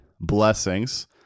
blessings